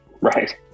Right